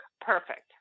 perfect